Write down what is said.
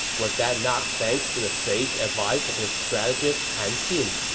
was that not thanks to the sage advice of his strategist han xin?